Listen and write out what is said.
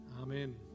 Amen